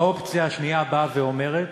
האופציה השנייה באה ואומרת